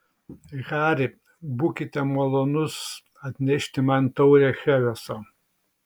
hari būkite malonus atnešti man taurę chereso